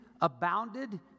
abounded